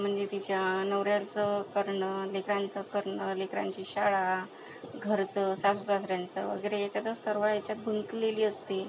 म्हणजे तिच्या नवऱ्याचं करणं लेकरांचं करणं लेकरांची शाळा घरचं सासू सासऱ्यांचं वगैरे याच्यातच सर्व याच्यात गुंतलेली असते